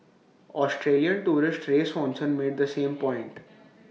Australian tourist ray Swanson made the same point